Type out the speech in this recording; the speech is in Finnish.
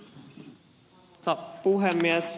arvoisa puhemies